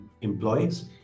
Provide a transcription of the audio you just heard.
employees